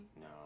No